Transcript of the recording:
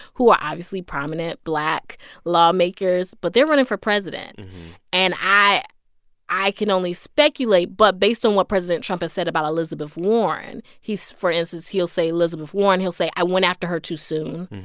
who are obviously prominent black lawmakers. but they're running for president and i i can only speculate, but based on what president trump has said about elizabeth warren, he's for instance, he'll say, elizabeth warren he'll say, i went after her too soon.